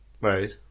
right